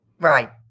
Right